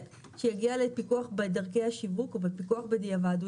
שיגיע לפיקוח בדרכי השיווק או פיקוח בדיעבד,